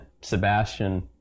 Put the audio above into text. Sebastian